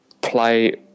play